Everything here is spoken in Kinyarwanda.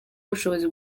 ubushobozi